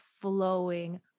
flowing